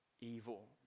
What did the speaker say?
evil